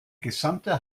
gesamte